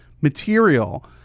material